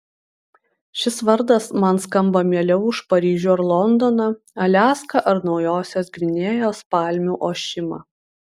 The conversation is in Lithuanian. šis vardas man skamba mieliau už paryžių ar londoną aliaską ar naujosios gvinėjos palmių ošimą